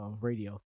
radio